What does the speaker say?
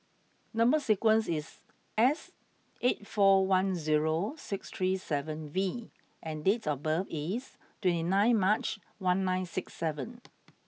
number sequence is S eight four one zero six three seven V and date of birth is twenty nine March one nine six seven